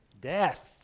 death